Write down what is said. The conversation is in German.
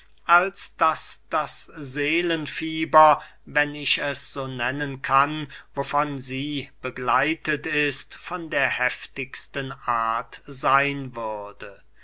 als daß das seelenfieber wenn ich es so nennen kann wovon sie begleitet ist von der heftigsten art seyn würde